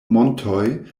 montoj